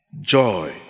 joy